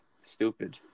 stupid